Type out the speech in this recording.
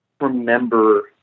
remember